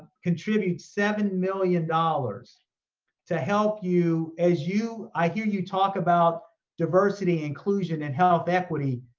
contribute seven million dollars to help you as you, i hear you talk about diversity, inclusion and health equity.